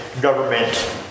government